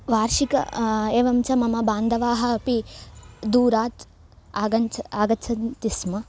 वार्षिकम् एवं च मम बान्धवाः अपि दूरात् आगच्छ आगच्छन्ति स्म